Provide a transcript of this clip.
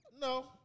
No